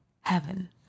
Heaven